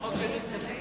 החוק של נסים.